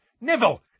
Neville